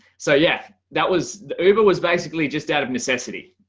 so yeah, that was uber was basically just out of necessity.